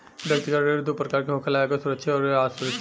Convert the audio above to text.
व्यक्तिगत ऋण दू प्रकार के होखेला एगो सुरक्षित अउरी असुरक्षित